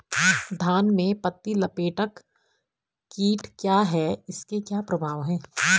धान में पत्ती लपेटक कीट क्या है इसके क्या प्रभाव हैं?